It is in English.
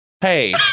Hey